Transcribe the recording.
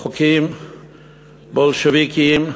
חוקים בולשביקיים,